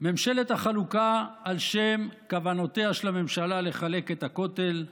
ממשלת החלוקה על שם כוונותיה של הממשלה לחלק את הכותל,